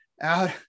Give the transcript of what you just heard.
out